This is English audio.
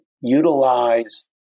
utilize